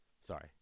Sorry